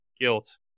guilt